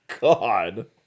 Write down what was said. God